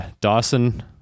Dawson